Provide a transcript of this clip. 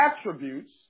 attributes